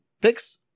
picks